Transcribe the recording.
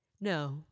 no